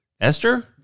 Esther